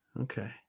Okay